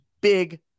Big